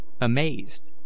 amazed